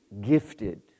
gifted